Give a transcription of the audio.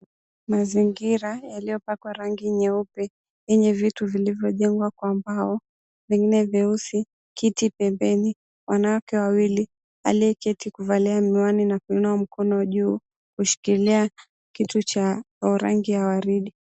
Mazingira yenye rangi nyeupe yenye vitu vilivyojengwa kwa mbao vingine vyeusi, kiti pembeni, wanawake wawili, aliyeketi na kuvalia miwani na kuinua mikono juu kushikilia kiti ya rangi ya waridi.